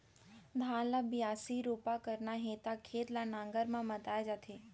धान ल बियासी, रोपा करना हे त खेत ल नांगर म मताए जाथे